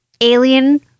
Alien